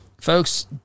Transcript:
folks